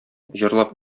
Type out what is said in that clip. җырлап